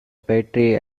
petri